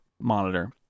monitor